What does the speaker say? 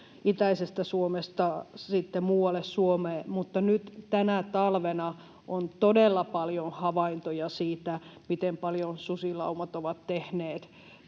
itäisestä Suomesta muualle Suomeen, mutta nyt tänä talvena on todella paljon havaintoja siitä, miten paljon susilaumat ovat tehneet